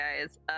guys